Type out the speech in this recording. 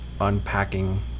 unpacking